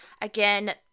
again